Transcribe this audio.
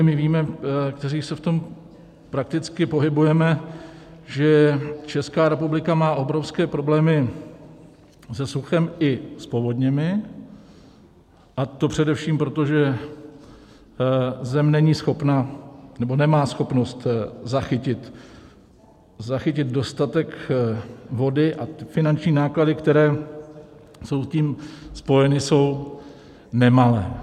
My, kteří se v tom prakticky pohybujeme, víme, že Česká republika má obrovské problémy se suchem i s povodněmi, a to především proto, že zem není schopna, nebo nemá schopnost zachytit dostatek vody, a ty finanční náklady, které jsou s tím spojeny, jsou nemalé.